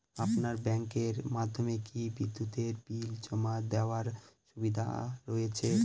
আপনার ব্যাংকের মাধ্যমে কি বিদ্যুতের বিল জমা দেওয়ার সুবিধা রয়েছে?